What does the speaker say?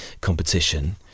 competition